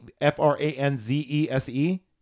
F-R-A-N-Z-E-S-E